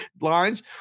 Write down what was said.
lines